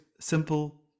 simple